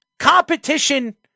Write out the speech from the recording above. Competition